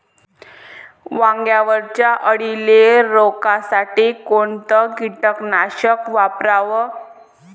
वांग्यावरच्या अळीले रोकासाठी कोनतं कीटकनाशक वापराव?